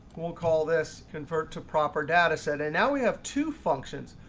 we'll call this convert to proper dataset. and now we have two functions.